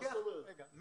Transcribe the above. תהליך עלייה רגיל,